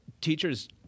teachers